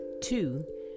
Two